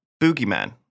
boogeyman